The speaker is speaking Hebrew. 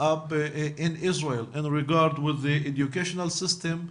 בישראל ביחס למערכת חינוך,